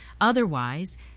Otherwise